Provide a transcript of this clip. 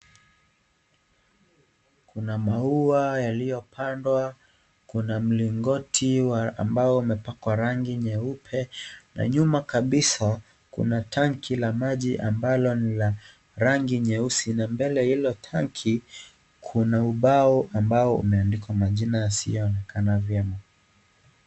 Kuna maua yaliyopandwa, kuna mlingoti ambao umepakwa rangi nyeupe na nyuma kabisa kuna tanki la maji ambao ni la rangi nyeusi na mbele ya hilo tanki kuna ubao ambao umeandikwa majina yasiyoonekana vyema.